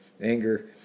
anger